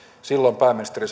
silloin pääministeri